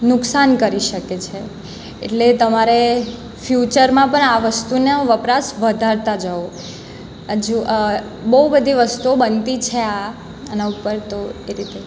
નુકસાન કરી શકે છે એટલે તમારે ફ્યુચરમાં પણ આ વસ્તુના વપરાશ વધારતા જવો બહુ બધી વસ્તુઓ બનતી છે આ આના ઉપર તો એ રીતે